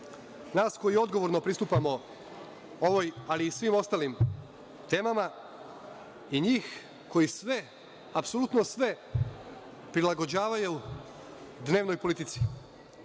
Nas koji odgovorno pristupamo ovoj, ali i svim ostalim temama, i njih koji sve, apsolutno sve prilagođavaju dnevnoj politici.